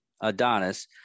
Adonis